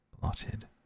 blotted